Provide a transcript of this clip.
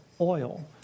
oil